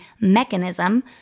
Mechanism